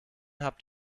habt